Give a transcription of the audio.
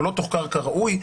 כראוי,